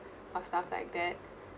or stuff like that